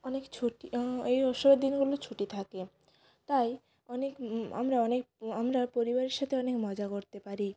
অনেক ছুটি এই উৎসবের দিনগুলো ছুটি থাকে তাই অনেক আমরা অনেক আমরা পরিবারের সাথে অনেক মজা করতে পারি